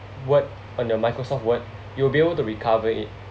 word on your Microsoft word you'll be able to recover it